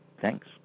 Thanks